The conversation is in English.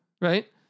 right